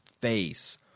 face